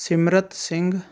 Simrat Singh